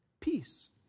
peace